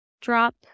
drop